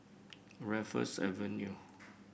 Raffles Avenue